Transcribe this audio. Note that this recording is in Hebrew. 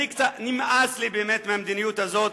נמאס לי מהמדיניות הזאת.